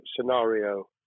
scenario